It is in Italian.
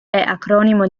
acronimo